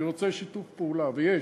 אני רוצה שיתוף פעולה, ויש.